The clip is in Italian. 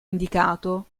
indicato